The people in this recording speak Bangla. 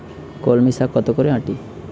কলমি শাখ কত করে আঁটি?